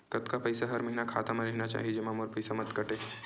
कतका पईसा हर महीना खाता मा रहिना चाही जेमा मोर पईसा मत काटे?